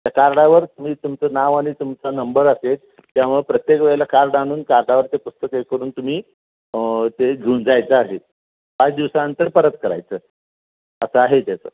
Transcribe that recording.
त्या कार्डावर तुम्ही तुमचं नाव आणि तुमचा नंबर असेल त्यामुळं प्रत्येक वेळेला कार्ड आणून कार्डावर ते पुस्तक हे करून तुम्ही ते घेऊन जायचं आहे पाच दिवसानंतर परत करायचं असं आहे त्याचं